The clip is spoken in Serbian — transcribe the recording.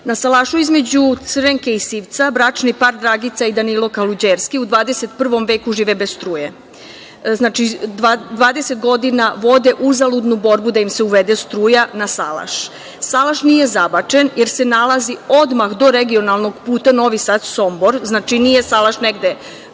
salašu između Crvenke i Sivca bračni par Dragica i Danilo Kaluđerski u 21. veku žive bez struje. Znači, dvadeset godina vode uzaludnu borbu da im se uvede struja na salaš. Salaš nije zabačen, jer se nalazi odmah do regionalnog puta Novi Sad-Sombor, znači, nije salaš negde